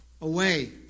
away